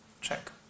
check